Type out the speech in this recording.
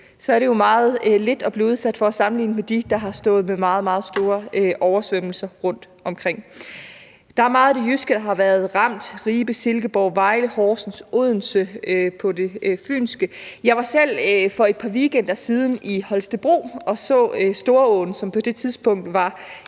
er det jo meget lidt at blive udsat for sammenlignet med dem, der har stået med meget, meget store oversvømmelser rundtomkring. Der er meget af det jyske, der har været ramt, Ribe, Silkeborg, Vejle og Horsens, og Odense i det fynske. Jeg var selv for et par weekender siden i Holstebro og så Storåen, som på det tidspunkt var